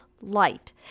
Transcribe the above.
light